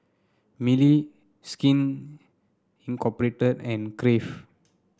Mili Skin Incorporate and Crave